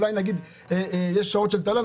אולי נגיד יש שעות של תל"ן,